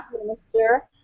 Minister